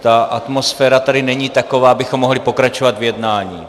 Ta atmosféra tady není taková, abychom mohli pokračovat v jednání.